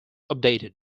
updated